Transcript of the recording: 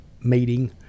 meeting